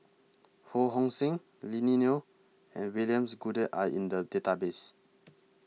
Ho Hong Sing Lily Neo and Williams Goode Are in The Database